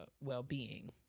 well-being